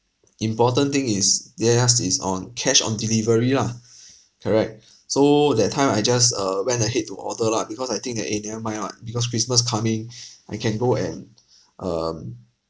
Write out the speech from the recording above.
important thing is theirs is on cash on delivery lah correct so that time I just uh went ahead to order lah because I think that eh never mind what because christmas coming I can go and um